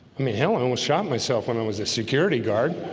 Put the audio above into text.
i mean helen was shot myself when i was a security guard